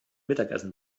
mittagessen